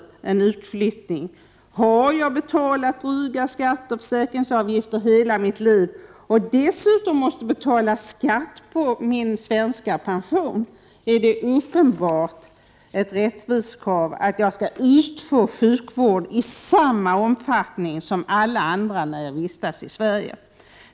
1988/89:111 utflyttning— har jag betalat dryga skatter och försäkringsavgifter hela mitt liv och dessutom måste betala skatt på svensk pension, är det uppenbart ett rättvisekrav att jag skall utfå sjukvård i samma omfattning som alla andra när jag vistas i Sverige.